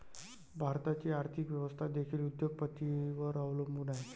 भारताची आर्थिक व्यवस्था देखील उद्योग पतींवर अवलंबून आहे